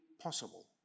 possible